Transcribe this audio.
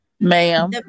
Ma'am